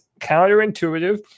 counterintuitive